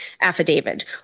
affidavit